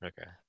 Okay